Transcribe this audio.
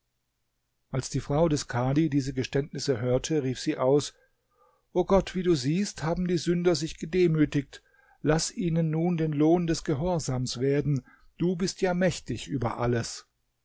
als die frau des khadi diese geständnisse hörte rief sie aus o gott wie du siehst haben die sünder sich gedemütigt laß ihnen nun den lohn des gehorsams werden du bist ja mächtig über alles